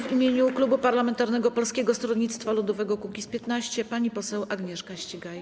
W imieniu klubu parlamentarnego Polskiego Stronnictwa Ludowego - Kukiz15 pani poseł Agnieszka Ścigaj.